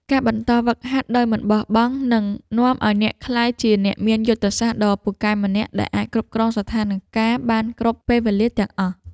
ការបន្តហ្វឹកហាត់ដោយមិនបោះបង់នឹងនាំឱ្យអ្នកក្លាយជាអ្នកមានយុទ្ធសាស្ត្រដ៏ពូកែម្នាក់ដែលអាចគ្រប់គ្រងស្ថានការណ៍បានគ្រប់ពេលវេលាទាំងអស់។